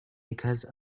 because